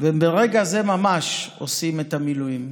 וברגע זה ממש הם עושים את המילואים.